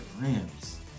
Rams